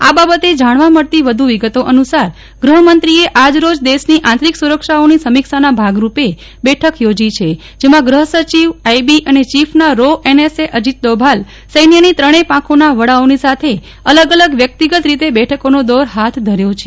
આ બાબતે જાણવા મળતો વધ્ વિગતો અનુસાર ગહમંત્રોએ આજરોજ દેશની આંતરિક સરક્ષાઓની સમીક્ષાના ભાગરૂપે બેઠક યોજા જેમાં ગહસચિવ આઈબી અને ચીફના રો એનએસએ અજીત ડોભાલ સૈન્યનો ત્રણેય પાંખોના વડાઓની સાથે અલગ અલગ વ્યકિતગત રીતે બેઠકોનો દોર હાથ ધર્યો છે